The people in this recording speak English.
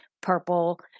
purple